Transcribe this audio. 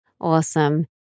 Awesome